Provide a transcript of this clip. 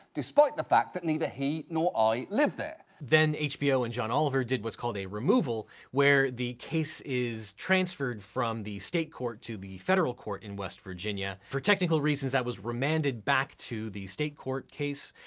despite the fact that neither he nor i live there. then hbo and john oliver did was called a removal, where the case is transferred from the state court to the federal court in west virginia. for technical reasons, that was remanded back to the state court case,